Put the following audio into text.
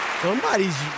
Somebody's